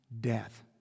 death